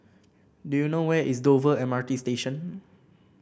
do you know where is Dover M R T Station